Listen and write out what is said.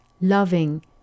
loving